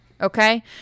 Okay